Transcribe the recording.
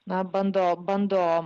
na bando bando